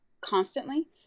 constantly